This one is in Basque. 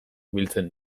biltzen